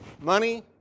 money